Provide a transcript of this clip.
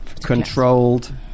controlled